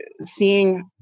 seeing